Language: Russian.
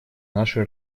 нашей